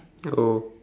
oh